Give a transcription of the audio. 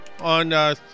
on